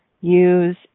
use